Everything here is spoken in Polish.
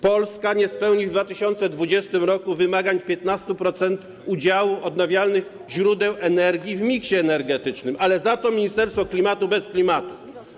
Polska nie spełni w 2020 r. wymagań co do 15-procentowego udziału odnawialnych źródeł energii w miksie energetycznym, ale za to mamy Ministerstwo Klimatu bez klimatu.